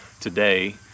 today